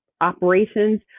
operations